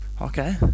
okay